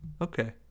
Okay